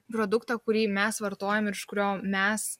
produktą kurį mes vartojam ir iš kurio mes